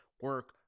Work